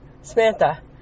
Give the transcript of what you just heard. Samantha